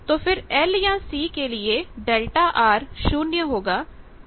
तो फिर L या C के लिए∆R शून्य होगा